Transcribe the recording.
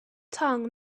tongue